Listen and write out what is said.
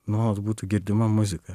nuolat būtų girdima muzika